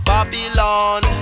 Babylon